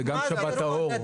זה גם שבת האור.